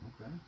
Okay